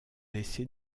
laissés